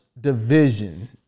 division